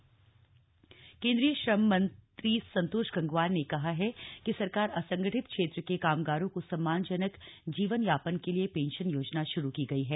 संतोष गंगवार केंद्रीय श्रम मंत्री संतोष गंगवार ने कहा है कि सरकार असंगठित क्षेत्र के कामगारों को सम्मानजनक जीवन यापन के लिए पेंशन योजना शुरू की गई है